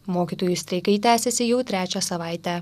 mokytojų streikai tęsiasi jau trečią savaitę